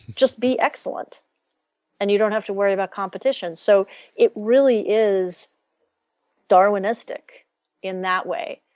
just be excellent and you don't have to worry about competition so it really is darwinistic in that way.